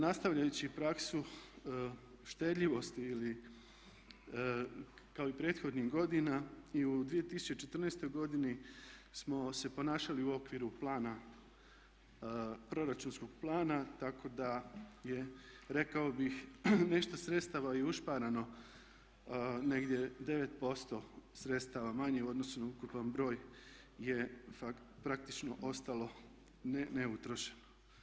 Nastavljajući praksu štedljivosti kao i prethodnih godina i u 2014. godini smo se ponašali u okviru plana, proračunskog plana tako da je rekao bih nešto sredstava i ušparano negdje 9% sredstava manje u odnosu na ukupan broj je praktično ostalo neutrošeno.